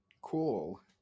Cool